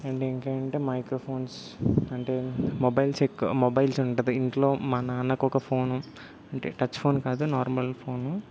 and ఇంకేంటే microphones అంటే mobiles ఎక్కు మొబైల్స్ ఉంటుంది ఇంట్లో మా నాన్నకొక ఫోను టచ్ ఫోన్ కాదు నార్మల్ ఫోను